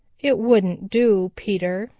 it wouldn't do, peter,